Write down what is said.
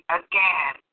again